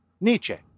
Nietzsche